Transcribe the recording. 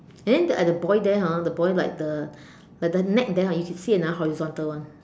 and then at the boy there ah the boy like the like the neck there ah you see another horizontal one